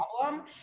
problem